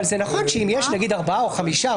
אבל זה נכון שאם יש ארבעה או חמישה,